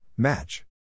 Match